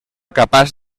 capaç